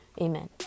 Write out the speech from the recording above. amen